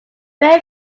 very